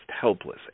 helpless